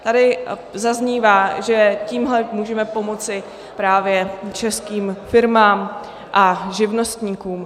Tady zaznívá, že tímhle můžeme pomoci právě českým firmám a živnostníkům.